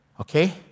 Okay